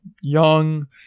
young